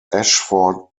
ashford